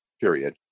period